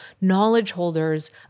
knowledge-holders